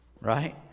right